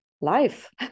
life